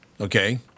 Okay